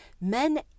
men